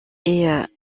est